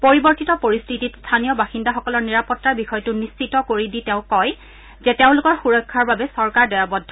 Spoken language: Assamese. পৰিৱৰ্তিত পৰিস্থিতিত স্থানীয় বাসিন্দাসকলৰ নিৰাপতাৰ বিষয়টো নিশ্চিত কৰি দি তেওঁ কয় যে তেওঁলোকৰ সুৰক্ষাৰ বাবে চৰকাৰ দায়বদ্ধ